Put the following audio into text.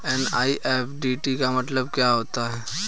NEFT का मतलब क्या होता है?